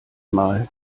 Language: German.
mal